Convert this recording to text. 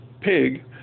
pig